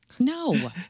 No